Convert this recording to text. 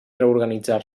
reorganitzar